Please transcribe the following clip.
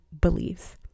beliefs